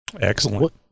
Excellent